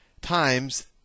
Times